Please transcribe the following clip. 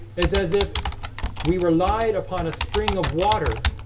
as as if we relied upon a spring of water